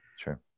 Sure